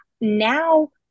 Now